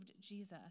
Jesus